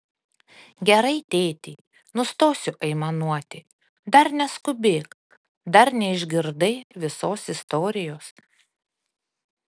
gerai tėti nustosiu aimanuoti dar neskubėk dar neišgirdai visos istorijos